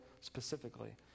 specifically